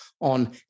on